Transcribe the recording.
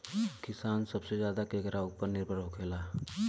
किसान सबसे ज्यादा केकरा ऊपर निर्भर होखेला?